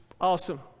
awesome